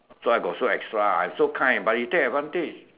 so I got so extra I so kind but he take advantage